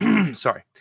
Sorry